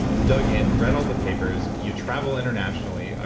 ah dug in read all the papers. you travel internationally, ah